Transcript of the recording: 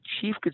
Chief